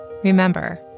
Remember